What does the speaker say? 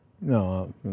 no